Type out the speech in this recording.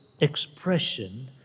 expression